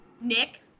Nick